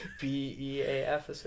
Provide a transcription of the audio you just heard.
B-E-A-F